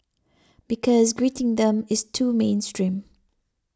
because greeting them is too mainstream